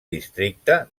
districte